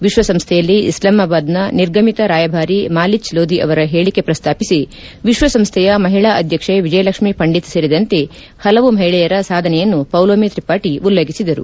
ವಿಶ್ವಸಂಸ್ಣೆಯಲ್ಲಿ ಇಸ್ಲಾಮಾಬಾದ್ನ ನಿರ್ಗಮಿತ ರಾಯಬಾರಿ ಮಾಲೀಚ್ಲೋದಿ ಅವರ ಹೇಳಿಕೆ ಪ್ರಸ್ತಾಪಿಸಿ ವಿಶ್ವಸಂಸ್ದೆಯ ಮಹಿಳಾ ಅಧ್ಯಕ್ಷೆ ವಿಜಯಲಕ್ಷ್ಮಿ ಪಂಡಿತ್ ಸೇರಿದಂತೆ ಹಲವು ಮಹಿಳೆಯರ ಸಾಧನೆಯನ್ನು ಪೌಲೋಮಿ ತ್ರಿಪಾಠಿ ಉಲ್ಲೇಖಿಸಿದರು